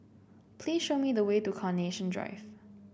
please show me the way to Carnation Drive